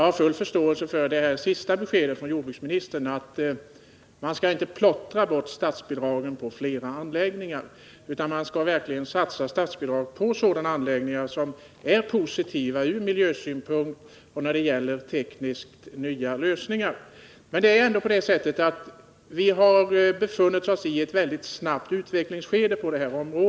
Herr talman! Jag har full förståelse för att man inte vill plottra bort statsbidragen på flera anläggningar utan vill satsa dem på sådana anläggningar som är positiva från miljösynpunkt och när det gäller tekniskt nya fösningar. Men det är ändå så att utvecklingen på det här området har gått väldigt snabbt.